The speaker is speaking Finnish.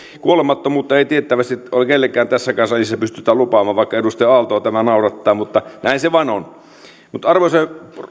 kuolemattomuutta ei tiettävästi ole kellekään tässäkään salissa pystytty lupaamaan vaikka edustaja aaltoa tämä naurattaa mutta näin se vain on arvoisa